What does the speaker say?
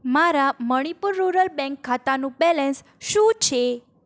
મારા Manipur rural bank ખાતાનું balance શું છે